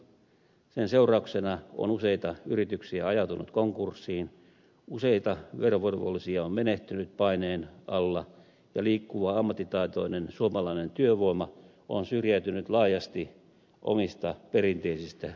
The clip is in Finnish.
sen seurauksena on useita yrityksiä ajautunut konkurssiin useita verovelvollisia on menehtynyt paineen alla ja liikkuva ammattitaitoinen suomalainen työvoima on syrjäytynyt laajasti omista perinteisistä erikoistehtävistään